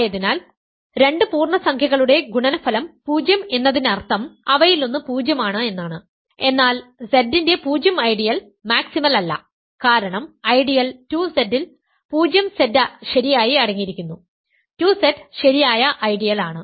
ആയതിനാൽ രണ്ട് പൂർണ്ണസംഖ്യകളുടെ ഗുണനഫലം 0 എന്നതിനർത്ഥം അവയിലൊന്ന് പൂജ്യമാണ് എന്നാണ് എന്നാൽ Z ന്റെ 0 ഐഡിയൽ മാക്സിമൽ അല്ല കാരണം ഐഡിയൽ 2Z ൽ 0Z ശരിയായി അടങ്ങിയിരിക്കുന്നു 2Z ശരിയായ ഐഡിയൽ ആണ്